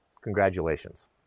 Congratulations